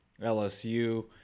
LSU